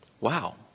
Wow